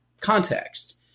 context